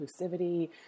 inclusivity